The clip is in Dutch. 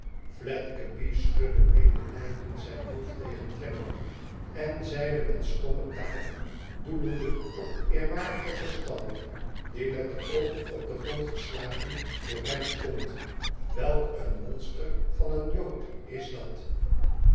fledgeby schudde medelijdend zijn hoofd tegen twemlow en zeide met stomme taal doelende op de eerwaardige gestalte die met de oogen op den grond geslagen voor hem stond iwelk een monster van een jood is dat